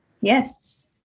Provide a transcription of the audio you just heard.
Yes